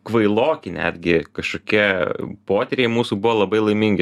kvailoki netgi kašokie potyriai mūsų buvo labai laimingi